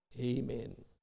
Amen